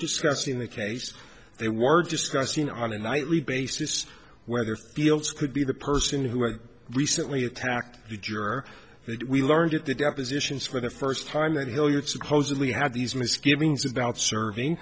discussing the case they were discussing on a nightly basis whether fields could be the person who had recently attacked the juror but we learned at the depositions for the first time that hilliard supposedly had these misgivings about serving